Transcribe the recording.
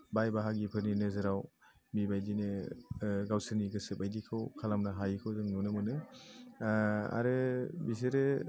बाइ बाहागिफोरनि नोजोराव बेबायदिनो गावसोरनि गोसोबायदिखौ खालामनो हायैखौ जों नुनो मोनो आरो बिसोरो